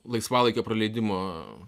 laisvalaikio praleidimo